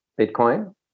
Bitcoin